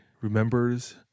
remembers